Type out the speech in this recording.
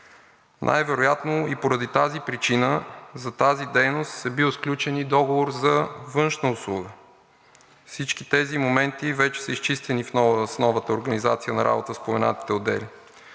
Най-вероятно и поради тази причина за тази дейност е бил сключен договор за външното… Всички тези моменти вече са изчистени с новата организация на работа в споменатите отдели.